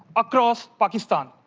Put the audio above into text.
across pakistan.